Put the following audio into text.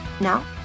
Now